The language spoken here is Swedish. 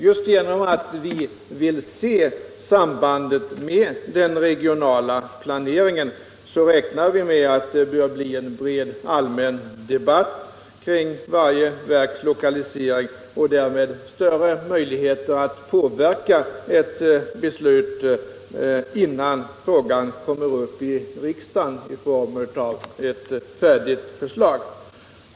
Just därför att vi vill se sambandet med den regionala planeringen räknar vi med att det bör bli en bred allmän debatt kring varje verks lokalisering och därmed större möjligheter att påverka ett beslut innan frågan kommer upp i riksdagen i form av ett färdigt förslag.